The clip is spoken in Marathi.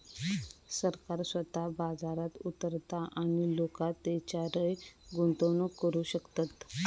सरकार स्वतः बाजारात उतारता आणि लोका तेच्यारय गुंतवणूक करू शकतत